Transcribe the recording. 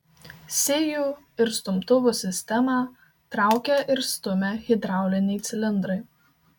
sijų ir stumtuvų sistemą traukia ir stumia hidrauliniai cilindrai